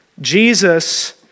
Jesus